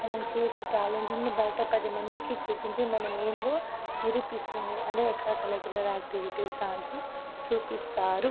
మనం చేసే టాలెంట్ నుండి బయట పది మందికి చూపించి మనమేందో నిరూపిస్తుంది అదే ఎక్సట్రా కరీకులర్ ఆక్టివిటీస్ దాంట్లో చూపిస్తారు